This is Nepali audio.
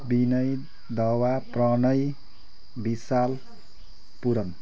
विनय दावा प्रणय विशाल पूरण